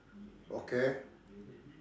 okay